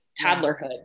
toddlerhood